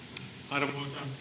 arvoisa